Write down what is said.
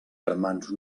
germans